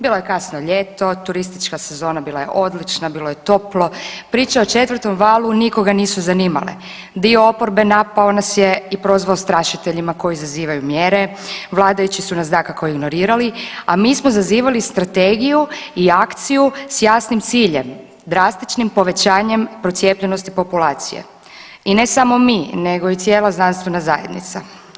Bilo je kasno ljeto, turistička sezona bila je odlična, bilo je toplo, priče o 4. valu nikoga nisu zanimale, dio oporbe napao nas je i prozvao strašiteljima koji zazivaju mjere, vladajući su nas dakako ignorirali, a mi smo zazivali strategiju i akciju s jasnim ciljem, drastičnim povećanjem procijepljenosti populacije i ne samo mi nego i cijela znanstvena zajednica.